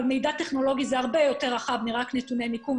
אבל "מידע טכנולוגי" זה הרבה יותר רחב מרק נתוני מיקום,